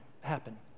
happen